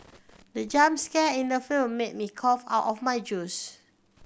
the jump scare in the film made me cough out of my juice